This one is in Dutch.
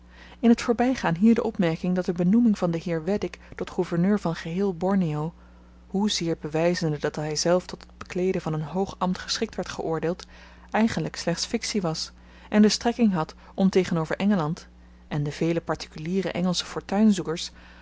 in t voorbygaan hier de opmerking dat de benoeming van den heer weddik tot gouverneur van geheel borneo hoezeer bewyzende dat hyzelf tot het bekleeden van n hoog ambt geschikt werd geoordeeld eigenlyk slechts fiktie was en de strekking had om tegenover engeland en de vele partikuliere engelsche